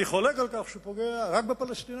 אני חולק על כך שהוא פוגע רק בפלסטינים.